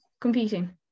competing